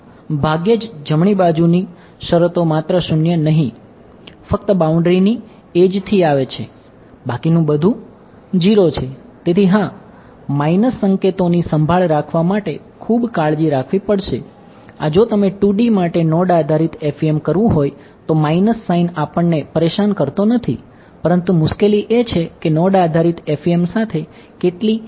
હા ભાગ્યે જ જમણી બાજુની શરતો માત્ર શૂન્ય નહીં ફક્ત બાઉન્ડ્રીની એડ્જ છે